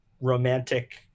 romantic